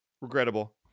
Regrettable